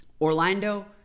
Orlando